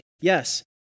Yes